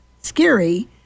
scary